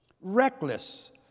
reckless